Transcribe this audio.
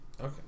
Okay